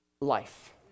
life